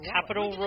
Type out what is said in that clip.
Capital